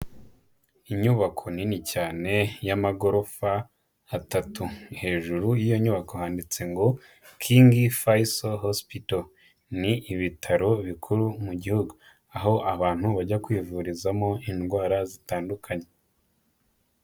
Inyubako nini cyane y'amagorofa atatu, hejuru y'iyo nyubako handitse ngo King Faisal Hospital, ni ibitaro bikuru mu gihugu, aho abantu bajya kwivurizamo indwara zitandukanye.